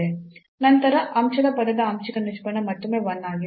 ನಂತರ ಅಂಶದ ಪದದ ಆಂಶಿಕ ನಿಷ್ಪನ್ನ ಮತ್ತೊಮ್ಮೆ1 ಆಗಿದೆ